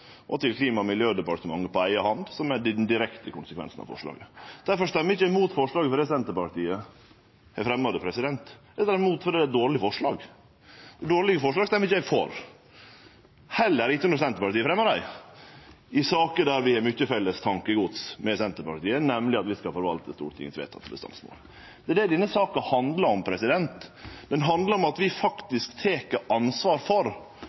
og til Klima- og miljødepartementet på eiga hand, at det er den direkte konsekvensen av forslaget. Difor stemmer eg ikkje mot forslaget fordi Senterpartiet har fremja det, men eg stemmer imot det fordi det er eit dårleg forslag. Dårlege forslag stemmer eg ikkje for, heller ikkje når Senterpartiet har fremja dei – sjølv i saker der vi har mykje felles tankegods med Senterpartiet, som at vi skal forvalte Stortingets vedtak om bestandsmål. Det er det denne saka handlar om. Det handlar om at vi faktisk tek ansvar for